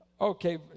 Okay